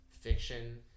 fiction